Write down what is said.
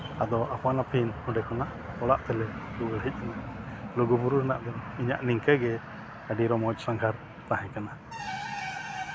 ᱟᱫᱚ ᱟᱯᱟᱱ ᱟᱹᱯᱤᱱ ᱚᱲᱟᱜ ᱛᱮᱞᱮ ᱨᱩᱣᱟᱹᱲ ᱦᱮᱡ ᱮᱱᱟ ᱞᱩᱜᱩᱼᱵᱩᱨᱩ ᱨᱮᱱᱟᱜ ᱤᱧᱟᱹᱜ ᱱᱤᱝᱠᱟᱹ ᱜᱮ ᱟᱹᱰᱤ ᱨᱚᱢᱚᱡᱽ ᱥᱟᱸᱜᱷᱟᱨ ᱛᱟᱦᱮᱸ ᱠᱟᱱᱟ